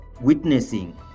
witnessing